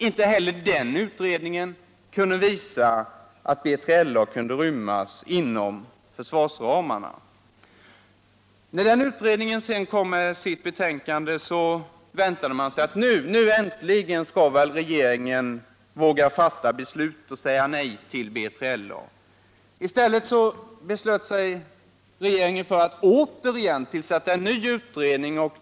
Inte heller denna kunde visa på att det var möjligt att inrymma B3LA inom försvarsramarna. När denna utredning presenterade sitt betänkande väntade man sig att nu äntligen skulle väl regeringen våga fatta ett beslut och säga nej till BLA. Men i stället beslöt regeringen att tillsätta en ny utredning.